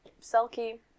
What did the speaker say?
Selkie